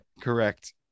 Correct